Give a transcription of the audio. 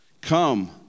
come